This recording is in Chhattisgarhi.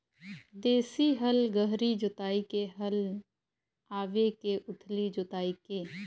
देशी हल गहरी जोताई के हल आवे के उथली जोताई के?